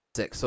six